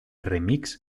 remix